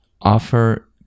offer